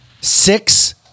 Six